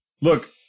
Look